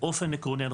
באופן עקרוני,